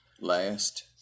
last